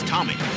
Tommy